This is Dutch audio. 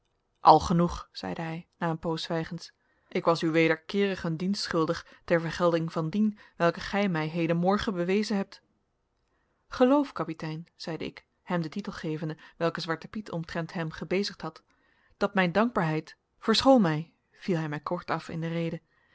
al genoeg zeide hij na een poos zwijgens ik was u wederkeerig een dienst schuldig ter vergelding van dien welken gij mij hedenmorgen bewezen hebt geloof kapitein zeide ik hem den titel gevende welken zwarte piet omtrent hem gebezigd had dat mijn dankbaarheid verschoon mijl viel hij mij kortaf in de rede